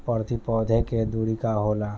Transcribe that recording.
प्रति पौधे के दूरी का होला?